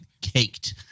caked